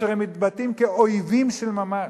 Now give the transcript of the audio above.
כאשר הם מתבטאים כאויבים של ממש.